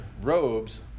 robes